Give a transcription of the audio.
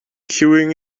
queuing